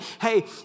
Hey